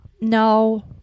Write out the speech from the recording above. No